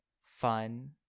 fun